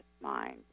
mind